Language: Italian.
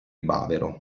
bavero